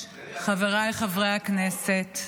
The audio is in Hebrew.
חברי הכנסת,